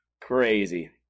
Crazy